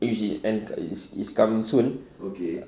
which is and is is coming soon